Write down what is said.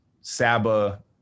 Saba